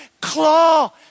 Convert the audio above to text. claw